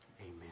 amen